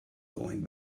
going